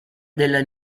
della